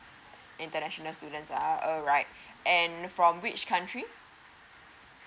international students ah alright and from which country